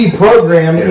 program